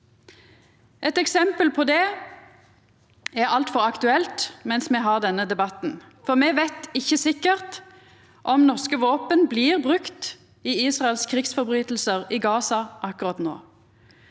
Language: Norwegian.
Eit eksempel på det er altfor aktuelt mens me har denne debatten, for me veit ikkje sikkert om norske våpen blir brukt i Israels krigsbrotsverk i Gaza akkurat no.